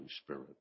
Spirit